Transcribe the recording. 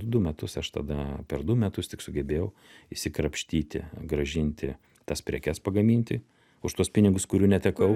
du metus aš tada per du metus tik sugebėjau išsikrapštyti grąžinti tas prekes pagaminti už tuos pinigus kurių netekau